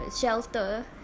shelter